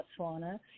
Botswana